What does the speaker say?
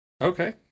Okay